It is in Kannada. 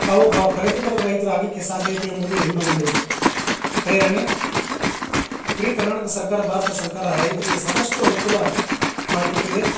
ತಾವೂ ಬ ಪ್ರಗತಿ ಪರ ರೈತ್ರ ಆಗಲಿಕ್ಕೆ ಸಾಧ್ಯ ಇದೆ ಎಂಬುದು ನನ್ನ ಒಂದು ಪ್ರೇರಣೆ ಇಡೀ ಕರ್ನಾಟಕ ಸರ್ಕಾರ ಭಾರತ ಸರ್ಕಾರ ರೈತರಿಗೆ ಸಾಕಷ್ಟು ಅನ್ಕೂಲ ಮಾಡಿ ಕೊಟ್ಟಿದೆ